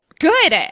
Good